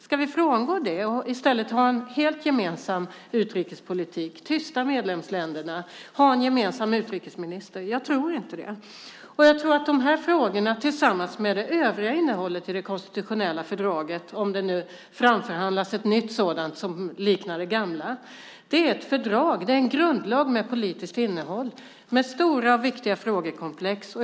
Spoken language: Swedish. Ska vi frångå det och i stället ha en helt gemensam utrikespolitik, tysta medlemsländerna och ha en gemensam utrikesminister? Jag tror inte det. Jag tror att de här frågorna är viktiga, tillsammans med det övriga innehållet i det konstitutionella fördraget, om det nu framförhandlas ett nytt sådant som liknar det gamla. Det är ett fördrag, en grundlag med politiskt innehåll med stora och viktiga frågekomplex.